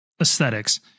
aesthetics